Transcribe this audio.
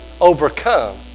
overcome